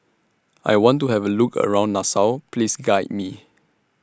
I want to Have A Look around Nassau Please Guide Me